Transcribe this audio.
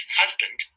husband